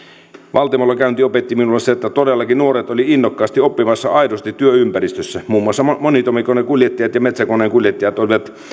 valtimolla käynti opetti minulle sen että todellakin nuoret olivat innokkaasti oppimassa aidossa työympäristössä muun muassa monitoimikonekuljettajat ja metsäkoneen kuljettajat olivat